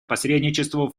посредничеству